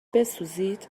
بسوزید